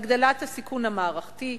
הגדלת הסיכון המערכתי,